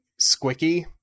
squicky